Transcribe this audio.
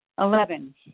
Eleven